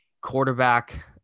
quarterback